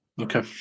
Okay